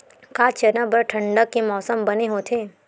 का चना बर ठंडा के मौसम बने होथे?